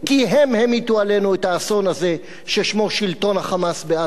כי הם המיטו עלינו את האסון הזה ששמו שלטון ה"חמאס" בעזה.